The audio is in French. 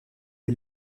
est